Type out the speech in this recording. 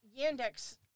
Yandex